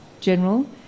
general